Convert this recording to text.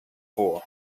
voor